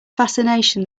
fascination